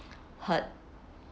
hurt